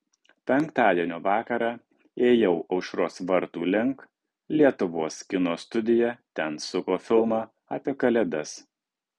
penktadienio vakarą ėjau aušros vartų link lietuvos kino studija ten suko filmą apie kalėdas